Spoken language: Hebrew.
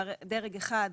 דרג 1,